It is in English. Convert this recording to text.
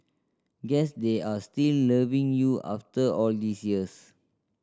guess they are still loving you after all these years